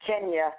Kenya